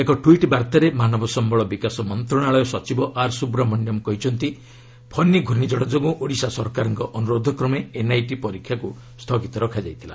ଏକ ଟ୍ୱିଟ୍ ବାର୍ତ୍ତାରେ ମାନବ ସମ୍ଭଳ ବିକାଶ ମନ୍ତ୍ରଣାଳୟ ସଚିବ ଆର୍ ସୁବ୍ରମଣ୍ୟମ୍ କହିଛନ୍ତି ଫନୀ ଘର୍ଷିଝଡ଼ ଯୋଗୁଁ ଓଡ଼ିଶା ସରକାରଙ୍କ ଅନୁରୋଧକ୍ରମେ ଏନ୍ଇଇଟି ପରୀକ୍ଷାକୁ ସ୍ଥଗିତ ରଖାଯାଇଥିଲା